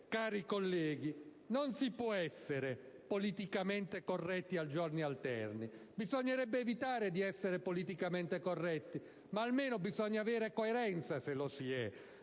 cari colleghi, non si può essere politicamente corretti a giorni alterni. Bisognerebbe evitare di essere politicamente corretti, ma quanto meno, se lo si è,